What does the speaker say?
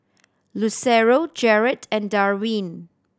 Lucero Jared and Darvin